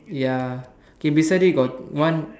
ya okay beside it got one